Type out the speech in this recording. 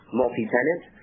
multi-tenant